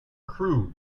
crew